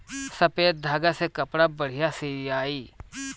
सफ़ेद धागा से कपड़ा बढ़िया सियाई